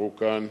ושנשארו כאן.